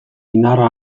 indarra